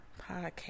podcast